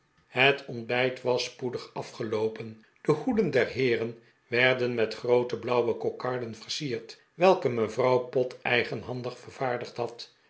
het ontbijt was spoedig afgeloopen de hoe den der heeren werden met groote blauwe kokarden versierd welke mevrouw pott eigenhandig vervaardigd had